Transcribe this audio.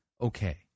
okay